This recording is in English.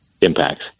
impacts